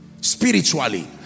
Spiritually